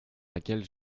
laquelle